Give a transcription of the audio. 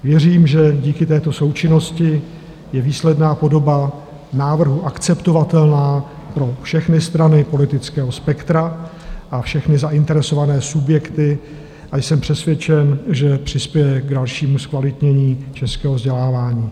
Věřím, že díky této součinnosti je výsledná podoba návrhu akceptovatelná pro všechny strany politického spektra a všechny zainteresované subjekty, a jsem přesvědčen, že přispěje k dalšímu zkvalitnění českého vzdělávání.